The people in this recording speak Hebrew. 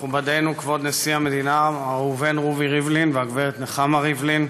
מכובדנו כבוד נשיא המדינה מר ראובן רובי ריבלין והגברת נחמה ריבלין,